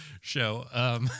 show